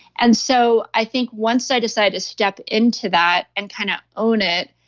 and so i think once i decided to step into that and kind of own it,